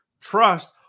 trust